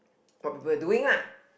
what people doing lah